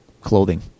clothing